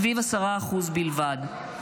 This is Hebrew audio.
סביב 10% בלבד.